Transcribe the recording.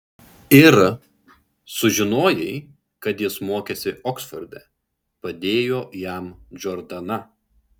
ir sužinojai kad jis mokėsi oksforde padėjo jam džordana